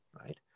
right